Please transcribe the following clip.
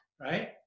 right